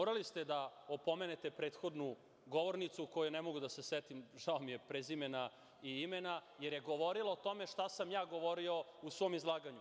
Morali ste da opomenete prethodnu govornicu, kojoj ne mogu da se setim, žao mi je, prezimena i imena, jer je govorila o tome šta sam ja govorio u svom izlaganju.